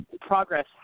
Progress